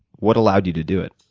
what allowed you to do it?